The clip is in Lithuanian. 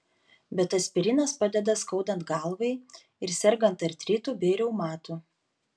bet aspirinas padeda skaudant galvai ir sergant artritu bei reumatu